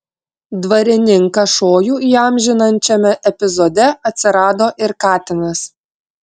dvarininką šojų įamžinančiame epizode atsirado ir katinas